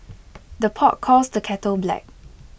the pot calls the kettle black